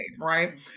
Right